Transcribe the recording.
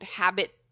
habit